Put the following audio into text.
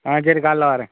ஆ சரி காலைல வரேன்